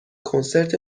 کنسرت